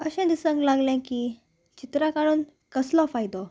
अशें दिसक लागलें की चित्रां काडून कसलो फायदो